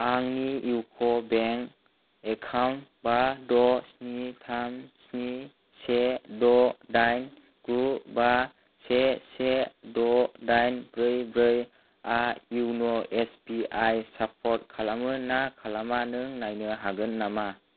आंनि इउक' bank account बा द' स्नि थाम स्नि से द' दाइन गु बा से से द' दाइन ब्रै ब्रै आ यन' एसबिआइ सापर्ट खालामो ना खालामा नों नायनो हागोन नामा